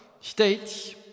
states